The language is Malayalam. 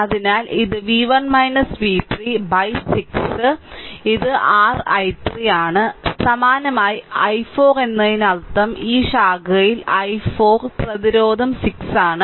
അതിനാൽ ഇത് v1 v3 6 ഇത് r i3 ആണ് സമാനമായി i4 എന്നതിനർത്ഥം ഈ ശാഖയിൽ i4 പ്രതിരോധം 6 ആണ്